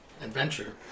adventure